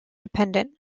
dependent